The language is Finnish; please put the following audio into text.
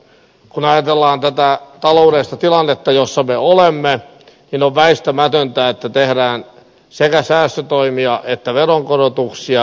kun ajatellaan tätä taloudellista tilannetta jossa me olemme niin on väistämätöntä että tehdään sekä säästötoimia että veronkorotuksia